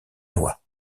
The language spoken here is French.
loi